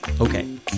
Okay